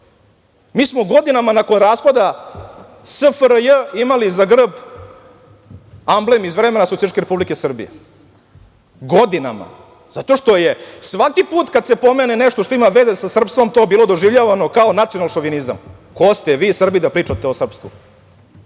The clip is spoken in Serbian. Mi smo godinama nakon raspada SFRJ imali za grb amblem iz vremena Socijalističke Republike Srbije, godinama, zato što je svaki put kad se pomene nešto što ima veze sa srpstvom to bilo doživljavano kao nacio-šovinizam. Ko ste vi Srbi da pričate o srpstvu?